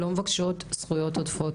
אנחנו לא מבקשות זכויות עודפות,